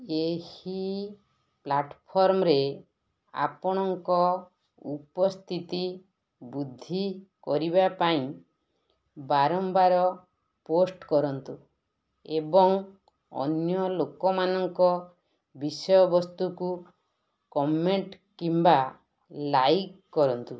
ଏହି ପ୍ଲାଟ୍ଫର୍ମ୍ ରେ ଆପଣଙ୍କ ଉପସ୍ଥିତି ବୃଦ୍ଧି କରିବା ପାଇଁ ବାରମ୍ବାର ପୋଷ୍ଚ୍ କରନ୍ତୁ ଏବଂ ଅନ୍ୟ ଲୋକମାନଙ୍କ ବିଷୟବସ୍ତୁ କୁ କମେଣ୍ଟ୍ କିମ୍ବା ଲାଇକ୍ କରନ୍ତୁ